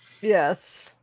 Yes